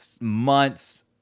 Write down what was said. months